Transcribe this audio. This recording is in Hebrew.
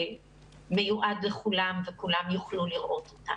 מיועד לכולם וכולם יוכלו לראות אותן.